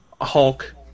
Hulk